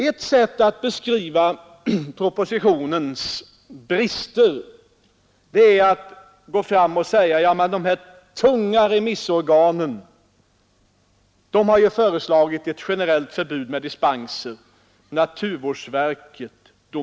Ett sätt att beskriva propositionens brister är att säga att de tunga remissorganen — naturvårdsverket, domänverket och en del andra — har föreslagit ett generellt förbud med dispensmöjligheter.